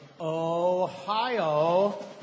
Ohio